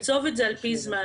לקצוב את זה על פי זמן,